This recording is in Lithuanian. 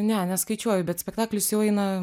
ne neskaičiuoju bet spektaklis jau eina